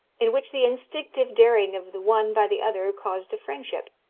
in which the instinctive daring of the one by the other caused a friendship,